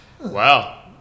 Wow